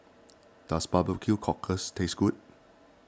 does Barbecue Cockles taste good